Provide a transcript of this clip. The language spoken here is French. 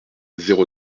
zéro